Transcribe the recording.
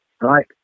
right